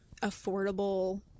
affordable